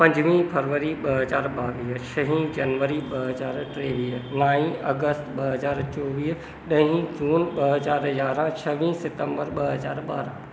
पंजुवीह फरवरी ॿ हज़ार ॿावीह छहीं जनवरी ॿ हज़ार टेवीह नाईं अगस्त ॿ हज़ार चोवीह ॾहीं जून ॿ हज़ार यारहं छवीह सितंबर ॿ हज़ार ॿारहं